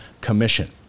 Commission